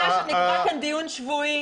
אני מציעה שנקבע כאן דיון שבועי.